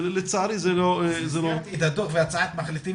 וצערי זה לא --- הזכרתי את הדו"ח והצעת מחליטים,